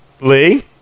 lee